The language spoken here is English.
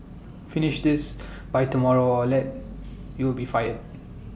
finish this by tomorrow or else you will be fired